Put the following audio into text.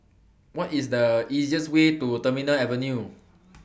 What IS The easiest Way to Terminal Avenue